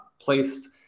placed